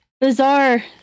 bizarre